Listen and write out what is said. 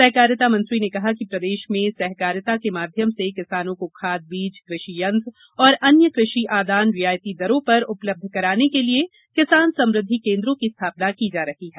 सहकारिता मंत्री ने कहा कि प्रदेश में सहकारिता के माध्यम से किसानों को खाद बीज कृषि यंत्र और अन्य कृषि आदान रियायती दर पर उपलब्ध कराने के लिए किसान समुद्धि केंद्रों की स्थापना की जा रही है